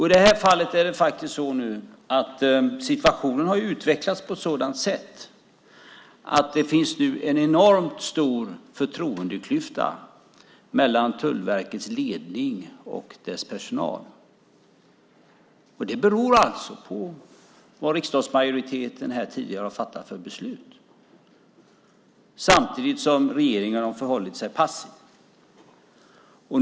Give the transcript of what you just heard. I det här fallet har nu situationen utvecklats på ett sådant sätt att det finns en enormt stor förtroendeklyfta mellan Tullverkets ledning och dess personal. Det beror alltså på det beslut som riksdagsmajoriteten tidigare har fattat samtidigt som regeringen har förhållit sig passiv.